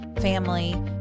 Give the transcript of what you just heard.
family